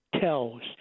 tells